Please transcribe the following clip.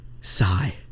Sigh